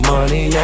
Money